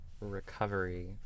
recovery